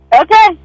Okay